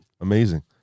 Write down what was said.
Amazing